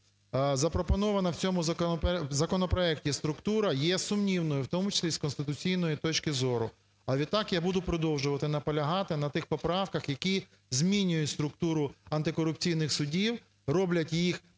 Запропонована в цьому законопроекті структура є сумнівною, в тому числі і з конституційної точки зору. А відтак, я буду продовжувати наполягати на тих поправках, які змінюють структуру антикорупційних судів і роблять її такими,